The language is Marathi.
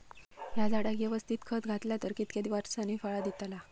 हया झाडाक यवस्तित खत घातला तर कितक्या वरसांनी फळा दीताला?